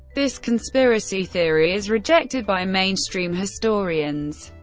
this conspiracy theory is rejected by mainstream historians.